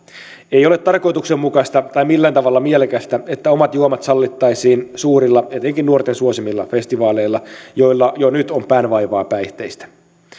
ei ole tarkoituksenmukaista tai millään tavalla mielekästä että omat juomat sallittaisiin suurilla etenkin nuorten suosimilla festivaaleilla joilla jo nyt on päänvaivaa päihteistä